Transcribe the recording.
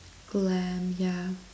glam yeah